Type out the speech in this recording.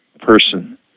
person